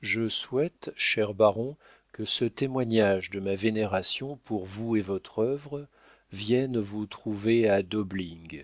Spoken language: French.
je souhaite cher baron que ce témoignage de ma vénération pour vous et votre œuvre vienne vous trouver à